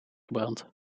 gebrand